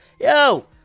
yo